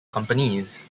companies